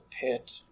pit